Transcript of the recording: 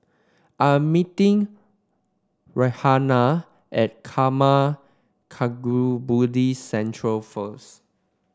I'm meeting Rhianna at Karma Kagyud Buddhist Centre first